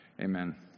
Amen